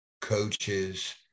coaches